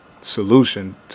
solution